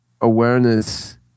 awareness